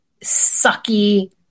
sucky